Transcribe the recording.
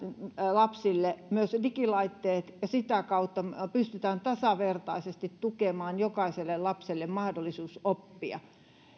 lapsille myös digilaitteet ja sitä kautta pystytään tasavertaisesti tukemaan jokaiselle lapselle mahdollisuus oppia